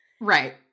Right